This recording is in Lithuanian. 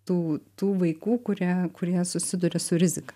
tų tų vaikų kurie kurie susiduria su rizika